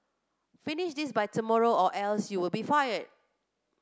finish this by tomorrow or else you'll be fired